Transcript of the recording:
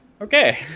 okay